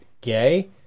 gay